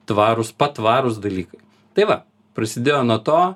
tvarūs patvarūs dalykai tai va prasidėjo nuo to